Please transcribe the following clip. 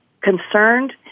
concerned